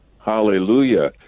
hallelujah